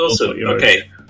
Okay